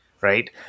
right